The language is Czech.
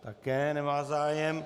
Také nemá zájem.